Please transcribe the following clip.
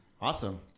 Awesome